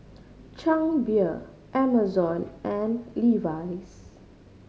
Chang Beer Amazon and Levi's